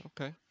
okay